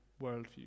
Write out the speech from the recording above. worldview